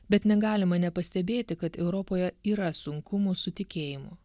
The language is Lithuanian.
bet negalima nepastebėti kad europoje yra sunkumų su tikėjimu